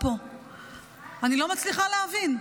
אני לא מצליחה להבין.